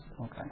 Okay